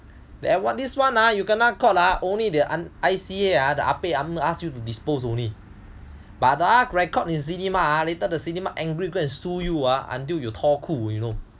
then what this one ah kena caught ah only the I_C_A ah the ah pek will ask you to dispose only but ah record in cinema later the cinema angry sue you ah until you 脱裤 you know